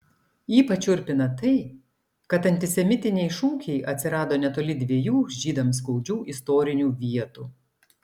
ypač šiurpina tai kad antisemitiniai šūkiai atsirado netoli dviejų žydams skaudžių istorinių vietų